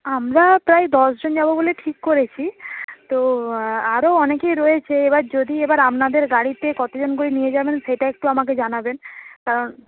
আমরা প্রায় দশজন যাব বলে ঠিক করেছি তো আরও অনেকেই রয়েছে এবার যদি এবার আপনাদের গাড়িতে কতজন করে নিয়ে যাবেন সেটা একটু আমাকে জানাবেন কারণ